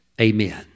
Amen